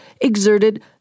exerted